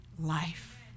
life